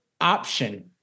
option